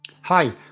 Hi